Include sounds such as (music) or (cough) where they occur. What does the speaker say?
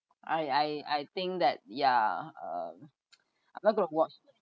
I I I think that yeah um (noise) I'm not going to watch